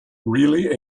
really